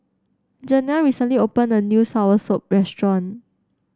Janell recently opened a new soursop restaurant